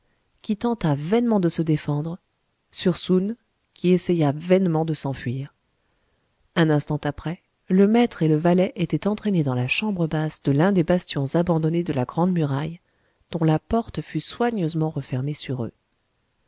qui tenta vainement de se défendre sur soun qui essaya vainement de s'enfuir un instant après le maître et le valet étaient entraînés dans la chambre basse de l'un des bastions abandonnés de la grandemuraille dont la porte fut soigneusement refermée sur eux